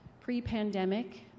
Pre-pandemic